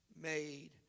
made